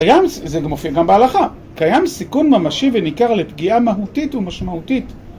זה מופיע גם בהלכה. קיים סיכון ממשי וניכר לפגיעה מהותית ומשמעותית.